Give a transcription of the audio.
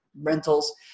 rentals